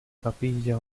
capilla